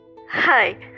Hi